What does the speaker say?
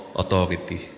authority